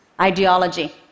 ideology